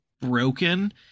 broken